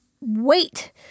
wait